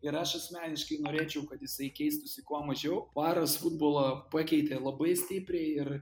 ir aš asmeniškai norėčiau kad jisai keistųsi kuo mažiau varas futbolą pakeitė labai stipriai ir